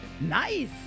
Nice